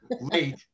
late